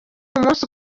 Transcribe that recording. umunsi